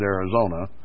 Arizona